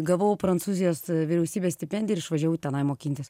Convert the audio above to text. gavau prancūzijos vyriausybės stipendiją ir išvažiavau tenai mokintis